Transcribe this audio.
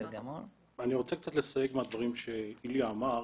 אני רוצה קצת לסייג מהדברים שאיליה אמר,